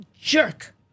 jerk